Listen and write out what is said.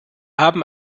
haben